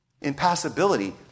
Impassibility